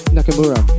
Nakamura